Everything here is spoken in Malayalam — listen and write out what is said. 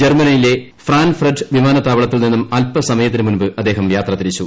ജർമ്മനിയിലെ ഫ്രാങ്ക്ഫർട്ട്വിമാനത്താവളത്തിൽ നിന്നുംഅല്പസമയത്തിന് മുമ്പ് അദ്ദേഹംയാത്ര തിരിച്ചു